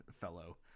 fellow